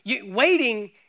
waiting